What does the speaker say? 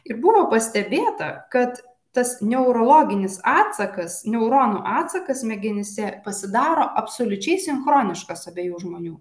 ir buvo pastebėta kad tas neurologinis atsakas neuronų atsakas smegenyse pasidaro absoliučiai sinchroniškas abiejų žmonių